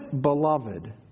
Beloved